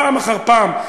פעם אחר פעם,